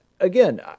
Again